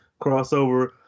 crossover